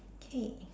okay